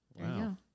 Wow